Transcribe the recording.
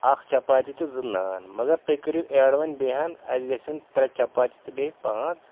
اَکھ چپاتی تہٕ زٕ نان مگر تُہۍ کٔرِو ایٚڈ وۄنۍ بیٚہان اسہِ گژھیٚن ترٛےٚ چَپاتی تہٕ بیٚیہِ پانٛژھ